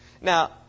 Now